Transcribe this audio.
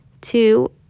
Two